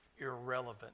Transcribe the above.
irrelevant